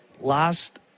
last